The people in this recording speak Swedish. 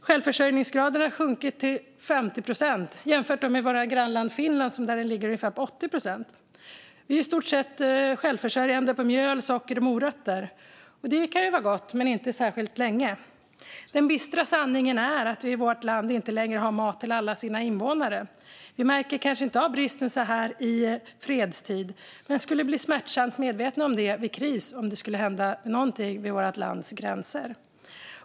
Självförsörjningsgraden har sjunkit till 50 procent jämfört med vårt grannland Finland där den ligger på ungefär 80 procent. Sverige är i stort sett självförsörjande på mjöl, socker och morötter. Och det är gott, men inte särskilt länge. Den bistra sanningen är att vårt land inte längre har mat till alla sina invånare. Vi märker inte av bristen i fredstid, men vi skulle bli smärtsamt medvetna om bristen om det blev kris och något skulle hända vid vårt lands gränser.